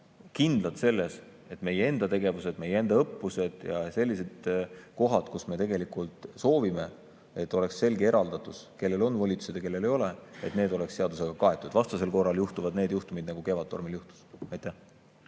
kindlad, et meie enda tegevus, meie enda õppused ja sellised kohad, kus me soovime, et oleks selge eraldatus, kellel on volitused ja kellel ei ole, oleks seadusega kaetud, vastasel korral juhtub see, mis Kevadtormil juhtus.